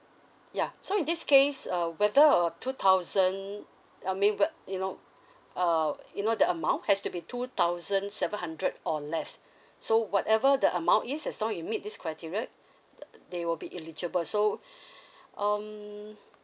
ya so in this case uh whether or two thousand I mean but you know uh you know the amount has to be two thousand seven hundred or less so whatever the amount is as long you meet this criteria th~ they will be eligible so um